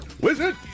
Wizard